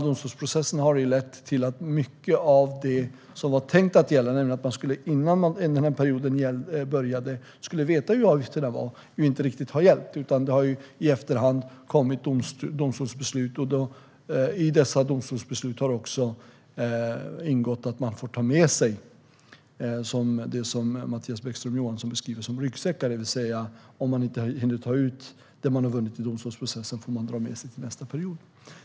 Domstolsprocesserna har lett till att mycket av det som var tänkt att gälla, nämligen att avgifterna skulle vara satta innan perioden börjar, inte riktigt har blivit på det sättet. Det har kommit domstolsbeslut i efterhand. I och med dessa beslut har man fått ta med sig det som Mattias Bäckström Johansson beskriver som ryggsäckar. Det man har vunnit i domstolsprocessen men inte hunnit ta ut får man alltså ta med sig till nästa period.